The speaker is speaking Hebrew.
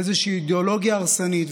איזושהי אידיאולוגיה הרסנית,